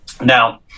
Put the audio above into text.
Now